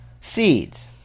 seeds